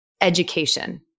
education